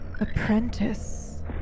Apprentice